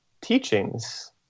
teachings